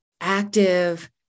active